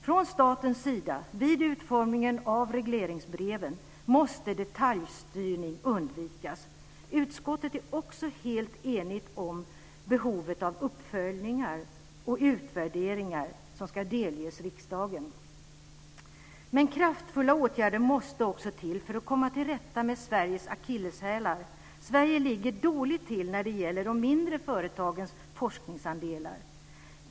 Från statens sida, vid utformningen av regleringsbreven, måste detaljstyrning undvikas. Utskottet är också helt enigt om behovet av uppföljningar och utvärderingar som ska delges riksdagen. Men kraftfulla åtgärder måste också till för att komma till rätta med Sveriges akilleshälar. Sverige ligger dåligt till när det gäller de mindre företagens forskningsandelar.